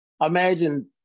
imagine